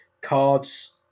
Cards